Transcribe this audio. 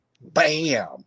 Bam